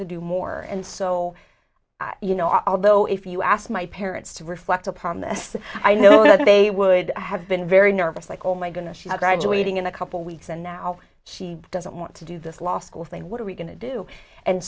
to do more and so you know although if you asked my parents to reflect upon this i know they would have been very nervous like oh my goodness she had graduating in a couple weeks and now she doesn't want to do this law school thing what are we going to do and